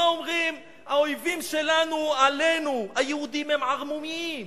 מה אומרים האויבים שלנו עלינו: היהודים הם ערמומיים,